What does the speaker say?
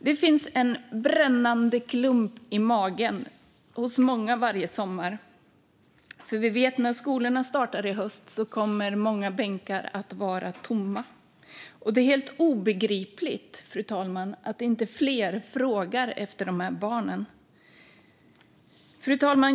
Det finns en brännande klump i magen hos många varje sommar, för vi vet att när skolorna startar i höst kommer bänkar att vara tomma. Det är helt obegripligt att inte fler frågar efter dessa barn.